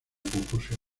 confusión